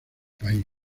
país